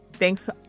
Thanks